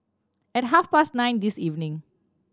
at half past nine this evening